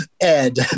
Ed